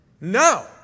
No